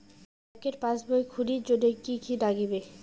ব্যাঙ্কের পাসবই খুলির জন্যে কি কি নাগিবে?